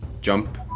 jump